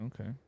okay